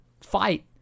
fight